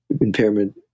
impairment